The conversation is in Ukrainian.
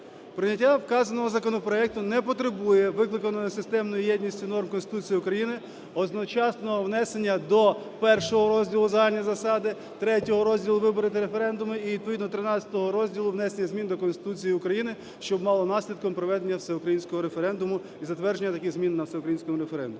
Прийняття вказаного законопроекту не потребує викликаної системної єдності норм Конституції України одночасного внесення до І розділу "Загальні засади", ІІІ розділу "Вибори. Референдум" і відповідно ХІІІ розділу "Внесення змін до Конституції України", що мало наслідком проведення всеукраїнського референдуму і затвердження таких змін на всеукраїнському референдумі.